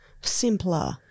simpler